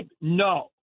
No